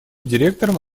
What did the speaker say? директором